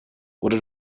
oder